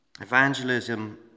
Evangelism